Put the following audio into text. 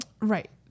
Right